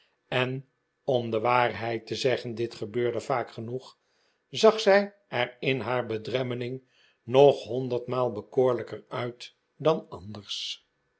en om de waarheid te zeggen dit gebeurde vaak genoeg zag zij er in haar bedremmeling nog honderdmaal bekoorlijker uit dan anders